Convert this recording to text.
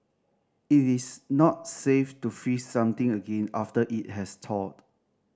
it is not safe to freeze something again after it has thawed